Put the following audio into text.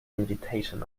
invitation